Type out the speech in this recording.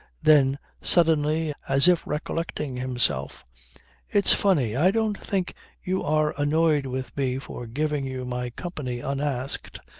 then suddenly as if recollecting himself it's funny. i don't think you are annoyed with me for giving you my company unasked.